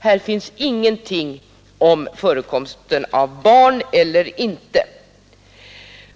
Här sägs ingenting om förekomsten av barn.